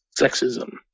Sexism